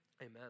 Amen